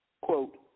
Quote